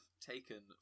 taken